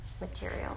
material